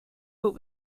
what